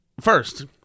first